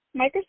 Microsoft